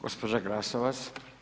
Gospođa Glasovac.